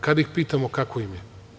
Kada ih pitamo kako im je?